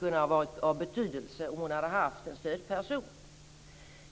hade varit av betydelse om hon haft en stödperson.